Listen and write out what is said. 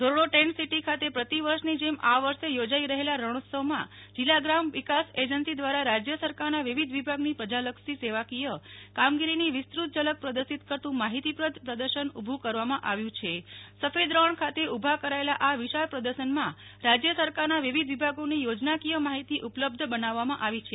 Dhordo tent city ખાતે પ્રતિ વર્ષની જેમ આ વર્ષે યોજાઈ રહેલા રણોત્સવમાં જિલ્લા ગ્રામ વિકાસ એજન્સી દ્વારા રાજ્ય સરકારના વિવિધ વિભાગની પ્રજલક્ષી સેવાકીય કામગીરીની વિસ્તૃત ઝલક પ્રદર્શિત કરતું માહિતીપ્રદ પ્રદર્શન ઉભું કરવામાં આવ્યું છે સફેદ રણ ખાતે ઉભા કરાયેલા વિશાળ પ્રદર્શનમાં રાજ્ય સરકારના વિવિધ વિભાગોની યોજનાકીય માહિતી ઉપલબ્ધ બનાવવામાં આવી છે